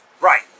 Right